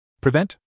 Prevent